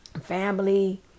family